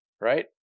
right